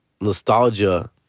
nostalgia